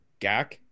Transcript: Gak